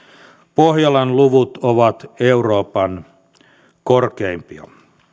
pohjolan luvut ovat euroopan korkeimpia